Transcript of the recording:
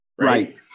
Right